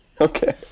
Okay